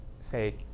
say